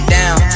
down